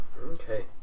Okay